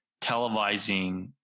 televising